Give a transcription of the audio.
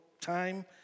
time